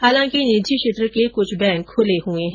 हालांकि निजी क्षेत्र के कुछ बैंक खुले है